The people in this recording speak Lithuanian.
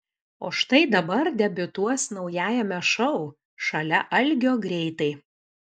o štai dabar debiutuos naujajame šou šalia algio greitai